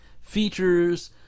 features